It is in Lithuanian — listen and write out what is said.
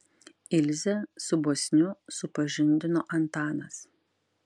ilzę su bosniu supažindino antanas